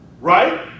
Right